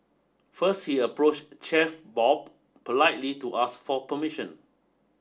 first she approached Chef Bob politely to ask for permission